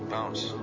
Bounce